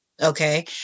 Okay